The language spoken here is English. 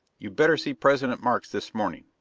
you'd better see president markes this morning.